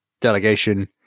delegation